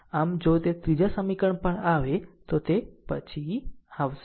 આમ જો તે ત્રીજા સમીકરણ પર આવે તો પછી આવશે